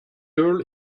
girl